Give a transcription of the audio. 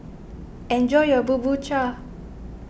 enjoy your Bubur Cha